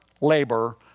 labor